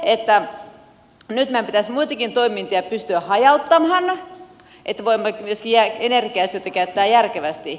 nyt meidän pitäisi muitakin toimintoja pystyä hajauttamaan että voimme myöskin energia asioita käyttää järkevästi